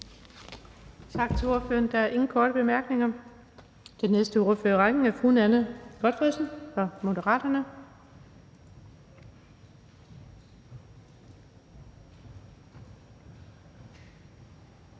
Tak til ordføreren. Der er ingen korte bemærkninger. Den næste ordfører i rækken er fru Monika Rubin fra Moderaterne.